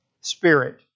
spirit